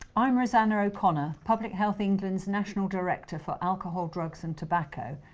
i'm rosanna o'connor, public health england's national director for alcohol drugs and tobacco,